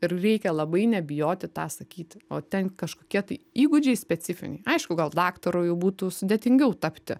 ir reikia labai nebijoti tą sakyti o ten kažkokie tai įgūdžiai specifiniai aišku gal daktaru jau būtų sudėtingiau tapti